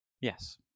Yes